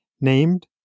named